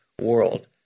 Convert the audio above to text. world